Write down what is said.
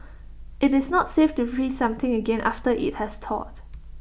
IT is not safe to freeze something again after IT has thawed